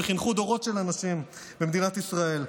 וחינכו דורות של אנשים במדינת ישראל,